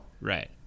Right